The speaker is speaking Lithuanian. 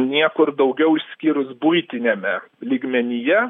niekur daugiau išskyrus buitiniame lygmenyje